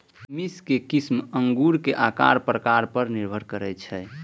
किशमिश के किस्म अंगूरक आकार प्रकार पर निर्भर करै छै